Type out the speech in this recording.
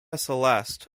celeste